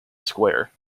square